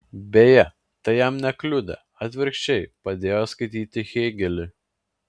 beje tai jam nekliudė atvirkščiai padėjo skaityti hėgelį